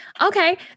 Okay